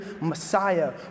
Messiah